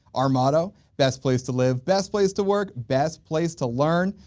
our motto best place to live, best place to work, best place to learn.